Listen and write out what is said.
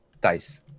Dice